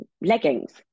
leggings